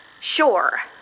Sure